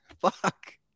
Fuck